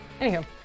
anywho